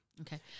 Okay